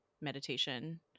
meditation